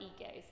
egos